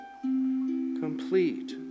complete